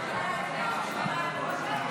מסדר-היום.